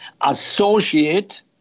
associate